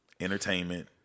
Entertainment